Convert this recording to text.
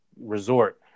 resort